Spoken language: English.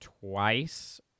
twice